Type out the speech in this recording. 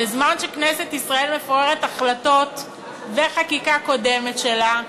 בזמן שכנסת ישראל מפוררת החלטות וחקיקה קודמת שלה,